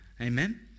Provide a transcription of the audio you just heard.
Amen